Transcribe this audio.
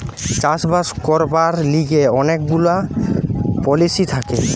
চাষ বাস করবার লিগে অনেক গুলা পলিসি থাকে